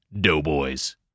doughboys